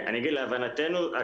להבנתנו,